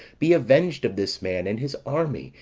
be avenged of this man, and his army,